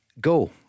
Go